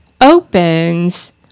opens